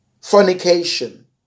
fornication